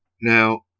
Now